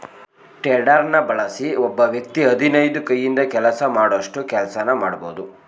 ಟೆಡರ್ನ ಬಳಸಿ ಒಬ್ಬ ವ್ಯಕ್ತಿ ಹದಿನೈದು ಕೈಯಿಂದ ಕೆಲಸ ಮಾಡೋಷ್ಟು ಕೆಲ್ಸನ ಮಾಡ್ಬೋದು